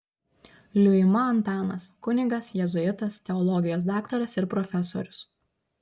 liuima antanas kunigas jėzuitas teologijos daktaras ir profesorius